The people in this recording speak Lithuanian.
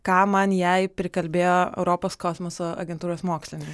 ką man jai prikalbėjo europos kosmoso agentūros mokslininkai